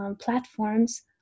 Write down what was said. platforms